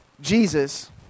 Jesus